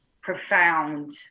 profound